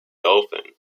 dolphin